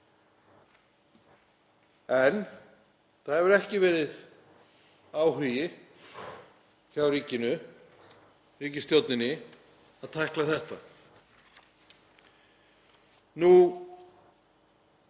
en það hefur ekki verið áhugi hjá ríkinu, ríkisstjórninni, á að tækla þetta. Við